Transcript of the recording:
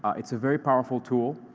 it's a very powerful tool.